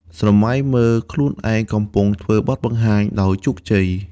ស្រមៃមើលខ្លួនឯងកំពុងធ្វើបទបង្ហាញដោយជោគជ័យ។